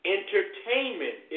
Entertainment